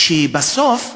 בסוף,